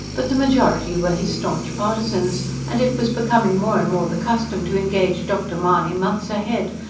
but the majority were his staunch partisans and it was becoming more and more the custom to engage dr. mahony months ahead,